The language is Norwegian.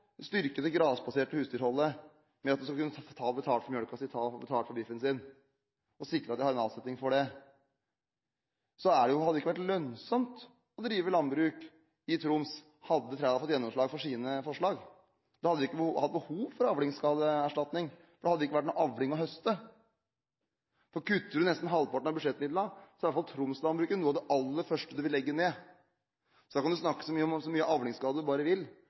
styrke det grasbaserte husdyrholdet ved at bøndene skal kunne ta betalt for melka si og biffen sin, og sikre at de har en avsetning på det. Det hadde ikke vært lønnsomt å drive landbruk i Troms om Trældal hadde fått gjennomslag for sine forslag. Da hadde vi ikke hatt behov for avlingsskadeerstatning, for da hadde det ikke vært noen avling å høste. Kutter man nesten halvparten av budsjettmidlene, er iallfall tromsdalenbruket noe av det aller første man vil legge ned. Da kan man snakke om så mye avlingsskade som man bare vil, for da hadde det ikke vært noen avling å redde. Så man må bare